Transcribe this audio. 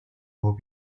will